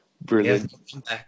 Brilliant